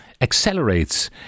accelerates